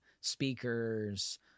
speakers